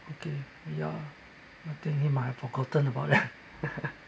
okay ya I think he might have forgotten about that